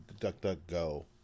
DuckDuckGo